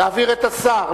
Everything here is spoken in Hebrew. להביא את השר,